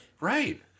right